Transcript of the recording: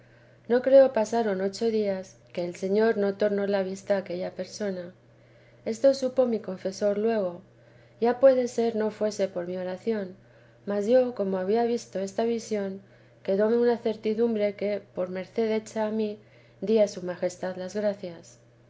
no creo pasaron ocho días que el señor no tornó la vista a aquella persona esto supo mi confesor luego ya puede ser no fuese por mi oración mas yo como había visto esta visión quedóme una certidumbre que por merced hecha a mi di a su majestad las gracias